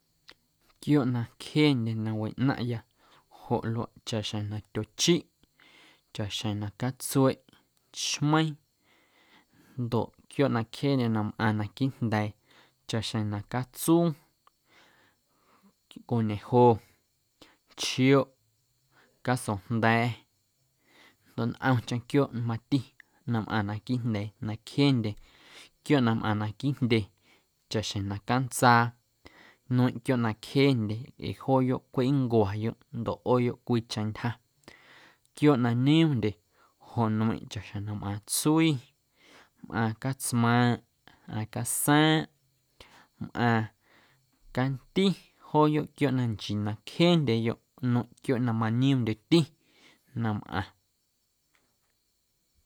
Quiooꞌ na cjeendye na wiꞌnaⁿꞌya joꞌ luaꞌ chaꞌxjeⁿ na tyochiꞌ, chaꞌxjeⁿ na catsueꞌ, chmeiiⁿ ndoꞌ quiooꞌ na cjeendye na mꞌaⁿ naquiiꞌ jnda̱a̱ chaꞌxjeⁿ na catsuu, conejo, chioꞌ casojnda̱a̱ ndoꞌ ntꞌomcheⁿ quiooꞌ na mati na mꞌaⁿ naquiiꞌ jnda̱a̱ na cjeendye quiooꞌ na mꞌaⁿ naquiiꞌ jndye chaꞌxjeⁿ na cantsaa nueⁿꞌ quiooꞌ na cjeendye ee jooyoꞌ cweꞌ nncwayoꞌ ndoꞌ ꞌooyoꞌ cwiicheⁿ ntyja quiooꞌ na nioomndye joꞌ nmeiⁿꞌ chaꞌxjeⁿ na mꞌaaⁿ tsui, mꞌaaⁿ catsmaaⁿꞌ, mꞌaaⁿ casaⁿꞌ, mꞌaⁿ canti jooyoꞌ quiooꞌ na nchii na cjeendyeyoꞌ nueⁿꞌ quiooꞌ na manioomndyeti na mꞌaⁿ.